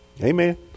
Amen